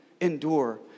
endure